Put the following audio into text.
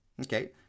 Okay